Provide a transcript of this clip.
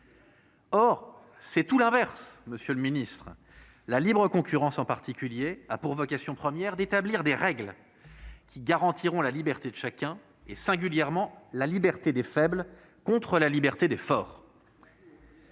c'est tout l'inverse, monsieur le ministre. La libre concurrence, en particulier, a pour vocation première d'établir des règles qui garantiront la liberté de chacun, singulièrement la liberté des faibles contre la liberté des forts.